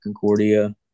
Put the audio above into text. Concordia